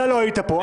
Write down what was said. אתה לא היית פה,